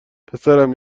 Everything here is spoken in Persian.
پسرم